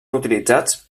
utilitzats